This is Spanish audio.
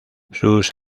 sus